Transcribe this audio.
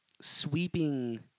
sweeping